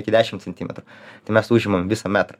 iki dešim centimetrų tai mes užimam visą metrą